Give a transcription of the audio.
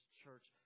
church